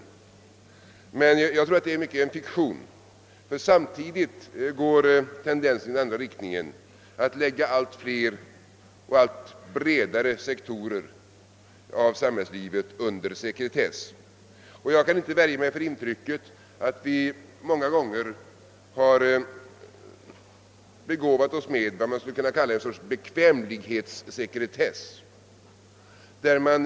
Jag tror emellertid att det i stor utsträckning är en fiktion, ty samtidigt går tendensen i den andra riktningen genom att allt fler och bredare sektorer av samhällslivet läggs under sekretess. Jag kan inte värja mig för intrycket att vi många gånger begåvat oss med vad som skulle kunna kallas en sorts bekvämlighetssekretess.